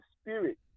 spirit